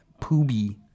pooby